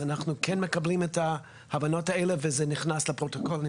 אז אנחנו כן מקבלים את ההבנות האלה וזה נכנס לפרוטוקול.